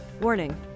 Warning